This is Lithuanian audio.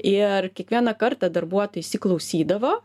ir kiekvieną kartą darbuotojai įsiklausydavo